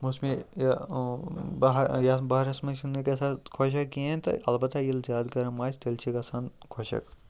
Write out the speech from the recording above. موسمہ یہِ بہار یَتھ بہارَس منٛز چھِنہٕ گژھان خۄشک کِہیٖنۍ تہٕ البتہ ییٚلہِ زیادٕ گرم آسہِ تیٚلہِ چھِ گژھان خۄشک